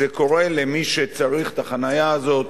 זה קורה למי שצריך את החנייה הזאת,